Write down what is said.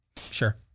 Sure